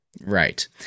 Right